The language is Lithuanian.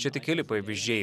čia tik keli pavyzdžiai